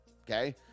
Okay